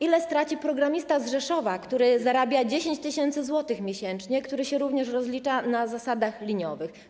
Ile straci programista z Rzeszowa, który zarabia 10 tys. zł miesięcznie, który się również rozlicza na zasadach liniowych?